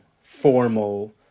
formal